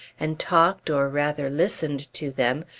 and talked or rather listened to them,